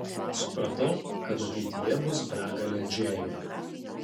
supratau kad ateityje bus begalė džėjų